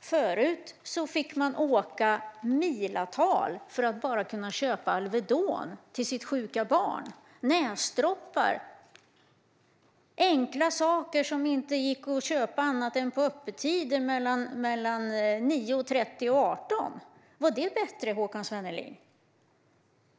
förut fick åka mil för att kunna köpa Alvedon till sitt sjuka barn eller näsdroppar. Det var enkla saker som inte gick att köpa annat än på öppettider mellan 9.30 och 18. Var det bättre, Håkan Svenneling?